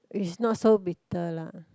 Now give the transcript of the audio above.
is not so bitter lah